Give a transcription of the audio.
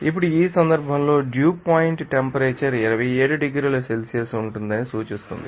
ఇప్పుడు ఈ సందర్భంలో డ్యూ పాయింట్ టెంపరేచర్ 27 డిగ్రీల సెల్సియస్ ఉంటుందని సూచిస్తుంది